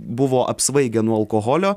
buvo apsvaigę nuo alkoholio